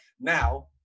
now